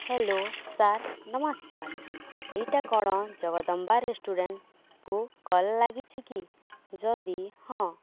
hello sir ନମସ୍କାର ଏଇଟା କ'ଣ ଜଗଦମ୍ବା ରେଷ୍ଟୁରାଣ୍ଟକୁ କଲ୍ ଲାଗିଛି କି ଯଦି ହଁ